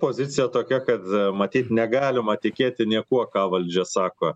pozicija tokia kad matyt negalima tikėti niekuo ką valdžia sako